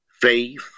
faith